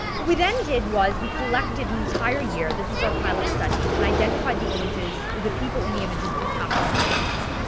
we then did was we collected an entire year, this was our pilot study, and identified the images, the people in the images through caption information.